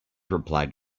replied